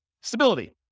Stability